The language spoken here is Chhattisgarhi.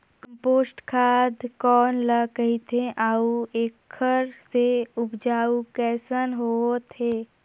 कम्पोस्ट खाद कौन ल कहिथे अउ एखर से उपजाऊ कैसन होत हे?